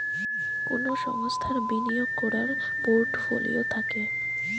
কুনো সংস্থার বিনিয়োগ কোরার পোর্টফোলিও থাকে